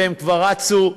והם כבר רצו,